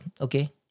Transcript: Okay